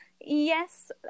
Yes